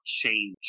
change